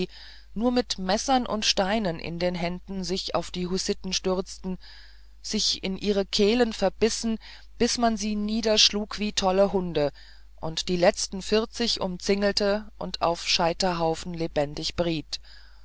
nur mit messern und steinen in den händen sich auf die hussiten stürzten sich in ihre kehlen verbissen bis man sie niederschlug wie tolle hunde und die letzten vierzig umzingelte und auf scheiterhaufen lebendig briet